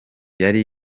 yari